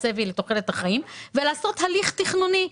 ומה הצפי לתוחלת החיים ולעשות הליך תכנוני.